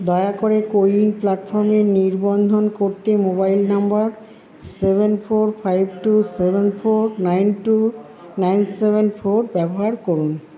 দয়া করে কো উইন প্ল্যাটফর্মে নিবন্ধন করতে mobile number seven four five two seven four nine two nine seven four ব্যবহার করুন